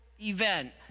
event